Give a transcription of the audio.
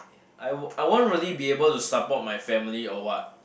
I would I won't really be able to support my family or what